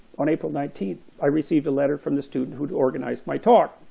on april nineteenth, i received a letter from the student who organized my talk,